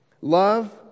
Love